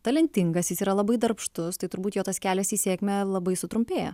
talentingas jis yra labai darbštus tai turbūt jo tas kelias į sėkmę labai sutrumpėja